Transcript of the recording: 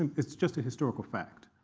it's just a historical fact.